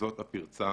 זאת הפרצה